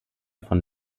von